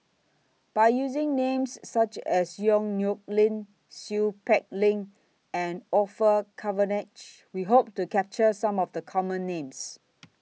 By using Names such as Yong Nyuk Lin Seow Peck Leng and Orfeur Cavenagh We Hope to capture Some of The Common Names